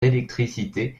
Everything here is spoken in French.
d’électricité